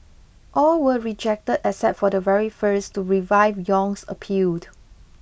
all were rejected except for the very first to revive Yong's appealed